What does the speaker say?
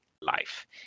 life